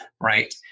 right